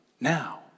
now